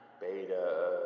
Beta